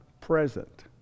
present